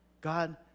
God